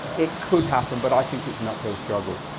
it could happen but i think it's an uphill struggle.